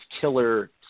killer